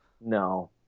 No